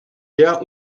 der